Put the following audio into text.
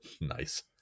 nice